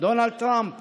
דונלד טראמפ